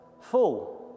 full